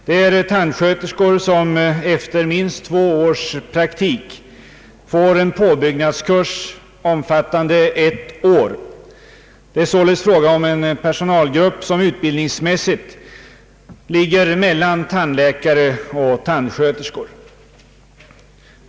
Det är tandsköterskor som efter minst två års praktik får en påbyggnadskurs omfattande ett år. Det är således fråga om en personalgrupp som utbildningsmässigt ligger mellan tandläkare och tandsköterskor.